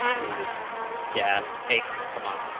muses gas eight, um um